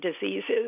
diseases